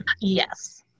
Yes